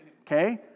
Okay